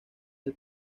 del